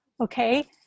Okay